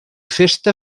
festa